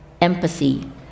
empathy